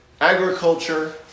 agriculture